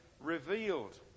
revealed